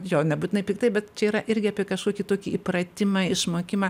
jo nebūtinai piktai bet čia yra irgi apie kašokį tokį įpratimą išmokimą